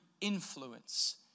influence